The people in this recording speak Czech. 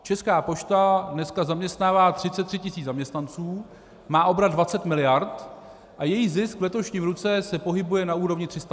Česká pošta dneska zaměstnává 33 tis. zaměstnanců, má obrat 20 mld. a její zisk v letošním roce se pohybuje na úrovni 300 mil.